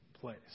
place